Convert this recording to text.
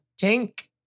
Tink